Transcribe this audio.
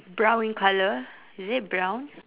brown in colour is it brown